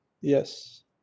Yes